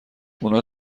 اونا